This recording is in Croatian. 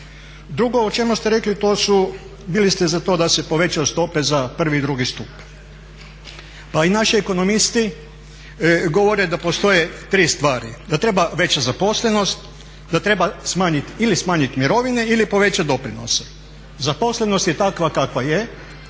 Drugo o čemu ste rekli to su, bili ste za to da se povećaju stope za prvi i drugi stup. Pa i naši ekonomisti govore da postoje tri stvari, da treba veća zaposlenost, da treba ili smanjit mirovine ili povećat doprinose. Zaposlenost je takva kakva je,